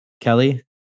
Kelly